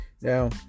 Now